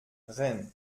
rennes